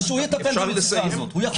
ושהוא יטפל במצוקה הזאת.